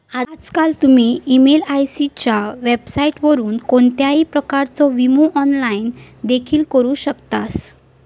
आजकाल तुम्ही एलआयसीच्या वेबसाइटवरून कोणत्याही प्रकारचो विमो ऑनलाइन देखील करू शकतास